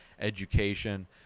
education